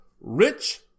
Rich